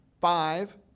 five